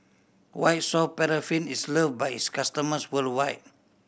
White Soft Paraffin is love by its customers worldwide